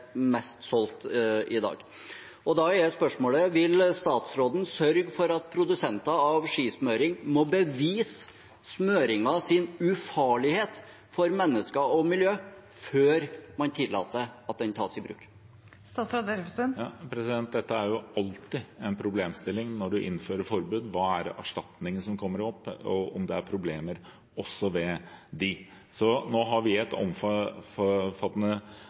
mest solgt i dag. Da er spørsmålet: Vil statsråden sørge for at produsenter av skismøring må bevise smøringens ufarlighet for mennesker og miljø, før man tillater at den tas i bruk? Dette er alltid en problemstilling når man innfører forbud – hvilke erstatninger som kommer opp, og om det er problemer også ved dem. Vi har nå et omfattende arbeid mot perfluorerte stoffer innenfor kjemikalieregelverket, hvor vi trenger bredere forbud. Der har vi også et